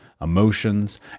emotions